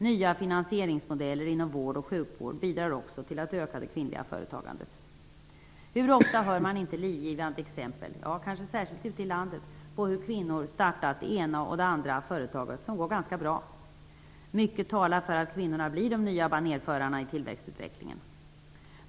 Nya finansieringsmodeller inom vård och sjukvård bidrar också till att öka det kvinnliga företagandet. Hur ofta hör man inte talas om livgivande exempel, och kanske särskilt ute i landet, på hur kvinnor har startat det ena eller det andra företaget som går ganska bra? Mycket talar för att kvinnorna blir de nya banerförarna i tillväxtutvecklingen.